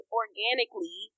organically